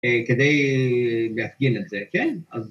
‫כדי להפגין את זה כן, אז